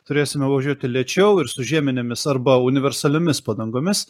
turėsime važiuoti lėčiau ir su žieminėmis arba universaliomis padangomis